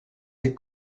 des